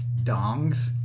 Dongs